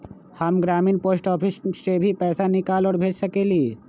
हम ग्रामीण post office से भी पैसा निकाल और भेज सकेली?